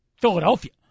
Philadelphia